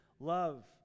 Love